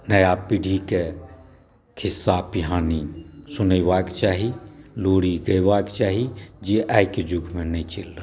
नया पीढिकेॅं खिस्सा पिहानी सुनेबाक चाही लोरी गेबाक चाही जे आइक युगमे नहि चलि रहल छै